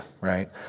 right